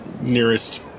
nearest